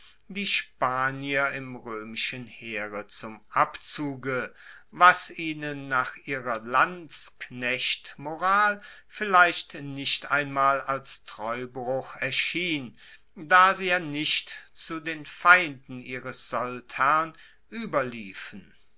die spanier im roemischen heere zum abzuge was ihnen nach ihrer landsknechtmoral vielleicht nicht einmal als treubruch erschien da sie ja nicht zu den feinden ihres